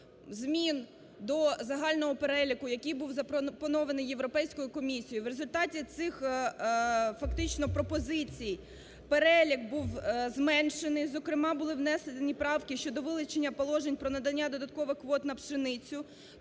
змін до загального переліку, який був запропонований Європейською комісією. В результаті цих, фактично, пропозицій перелік був зменшений, зокрема, були внесені правки щодо вилучення положень про надання додаткових квот на пшеницю,